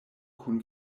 kun